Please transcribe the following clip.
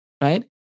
right